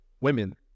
women